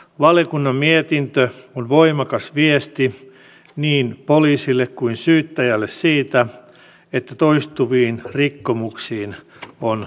valiokunnan mietintö on voimakas viesti niin poliisille kuin syyttäjälle siitä että toistuviin rikkomuksiin on puututtava